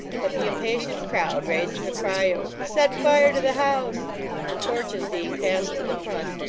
but the impatient crowd raising a cry of set fire to the house and torches being passed to the front,